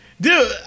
dude